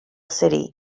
city